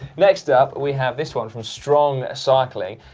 next up, we have this one from strong cycling.